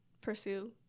pursue